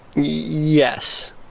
yes